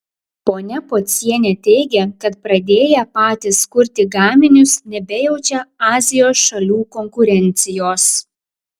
ponia pocienė teigia kad pradėję patys kurti gaminius nebejaučia azijos šalių konkurencijos